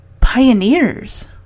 pioneers